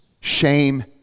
shame